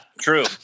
true